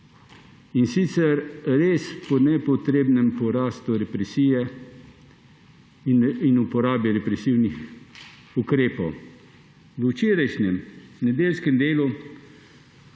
in sicer po res nepotrebnem porastu represije in uporabe represivnih ukrepov. V včerajšnjem nedeljskem Delu